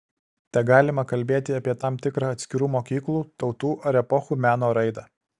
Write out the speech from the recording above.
tegalima kalbėti apie tam tikrą atskirų mokyklų tautų ar epochų meno raidą